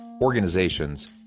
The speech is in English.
organizations